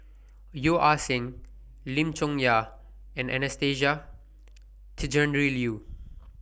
Yeo Ah Seng Lim Chong Yah and Anastasia Tjendri Liew